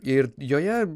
ir joje